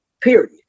period